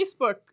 Facebook